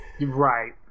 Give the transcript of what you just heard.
Right